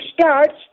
starts